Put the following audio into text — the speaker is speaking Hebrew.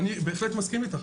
אני בהחלט מסכים איתך,